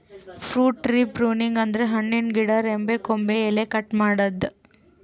fruit tree pruning ಅಂದ್ರ ಹಣ್ಣಿನ್ ಗಿಡದ್ ರೆಂಬೆ ಕೊಂಬೆ ಎಲಿ ಕಟ್ ಮಾಡದ್ದ್